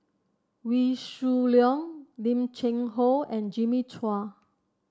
Wee Shoo Leong Lim Cheng Hoe and Jimmy Chua